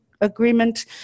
agreement